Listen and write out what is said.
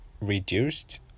reduced